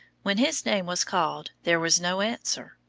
when his name was called there was no answer.